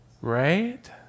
right